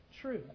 true